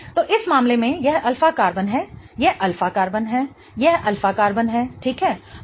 तो इस मामले में यह अल्फ़ा कार्बन है यह अल्फ़ा कार्बन है यह अल्फ़ा कार्बन है ठीक है